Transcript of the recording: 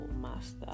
master